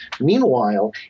meanwhile